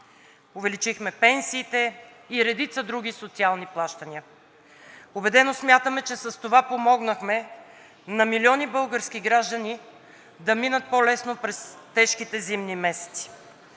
увеличихме пенсиите и редица други социални плащания. Убедено смятаме, че с това помогнахме на милиони български граждани да минат по-лесно през тежките зимни месеци.